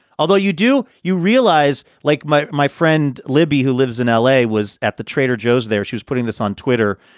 although you do you realize, like my my friend libby, who lives in l a, was at the trader joe's there. she was putting this on twitter.